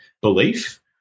belief